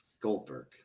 Goldberg